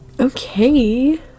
Okay